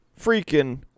freaking